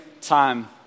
time